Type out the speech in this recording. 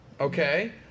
okay